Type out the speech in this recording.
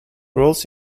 rules